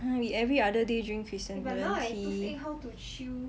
we every other day drink chrysanthemum tea